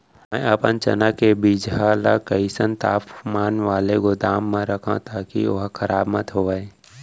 मैं अपन चना के बीजहा ल कइसन तापमान वाले गोदाम म रखव ताकि ओहा खराब मत होवय?